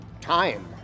time